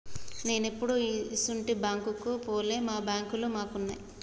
నేనెప్పుడూ ఇసుంటి బాంకుకు పోలే, మా బాంకులు మాకున్నయ్